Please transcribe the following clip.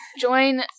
Join